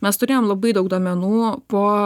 mes turėjom labai daug duomenų po